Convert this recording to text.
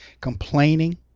complaining